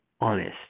honest